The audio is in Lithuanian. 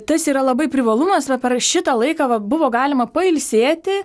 tas yra labai privalumas va per šitą laiką va buvo galima pailsėti